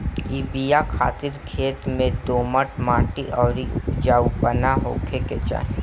इ बिया खातिर खेत में दोमट माटी अउरी उपजाऊपना होखे के चाही